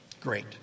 great